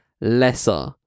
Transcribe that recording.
lesser